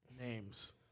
names